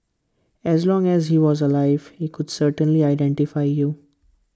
as long as he was alive he could certainly identify you